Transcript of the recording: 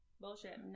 Bullshit